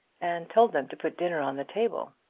and told them to put dinner on the table.